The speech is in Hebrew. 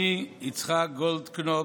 יצחק גולדקנופ,